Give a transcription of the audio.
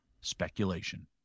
Speculation